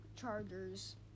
Chargers